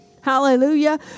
Hallelujah